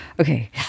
okay